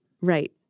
Right